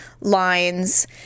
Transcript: lines